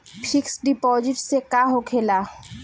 Fix deposit से का होखे ला?